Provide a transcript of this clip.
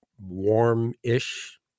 warm-ish